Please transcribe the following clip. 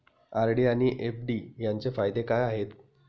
RD आणि FD यांचे फायदे काय आहेत?